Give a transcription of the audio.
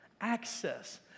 access